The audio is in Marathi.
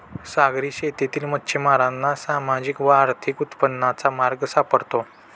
सागरी शेतीतील मच्छिमारांना सामाजिक व आर्थिक उन्नतीचा मार्ग सापडतो